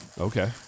Okay